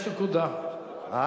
5.5%. תלוי